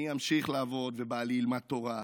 אני אמשיך לעבוד ובעלי ילמד תורה.